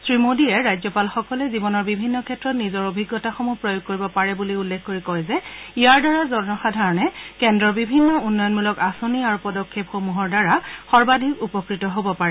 শ্ৰী মোদীয়ে ৰাজ্যপালসকলে জীৱনৰ বিভিন্ন ক্ষেত্ৰত নিজৰ অভিজ্ঞতাসমূহ প্ৰয়োগ কৰিব পাৰে বুলি উল্লেখ কৰি কয় যে ইয়াৰ দ্বাৰা সৰ্বসাধাৰণে কেন্দ্ৰৰ বিভিন্ন উন্নয়নমূলক আঁচনি আৰু পদক্ষেপসমূহৰ দ্বাৰা সৰ্বাধিক উপকৃত হ'ব পাৰে